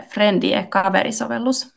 Friendie-kaverisovellus